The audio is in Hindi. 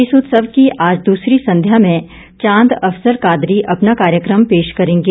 इस उत्सव की आज दूसरी संध्या में चांद अफजल कादरी अपना कार्यक्रम पेश करेंगे